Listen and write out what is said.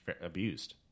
abused